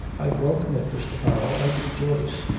i'd welcome it, mr. powell. i'd rejoice.